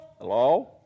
Hello